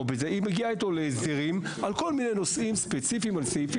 אלא מגיעה להסדרים על כל מיני נושאים ספציפיים על סעיפים.